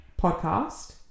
podcast